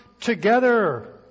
together